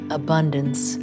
abundance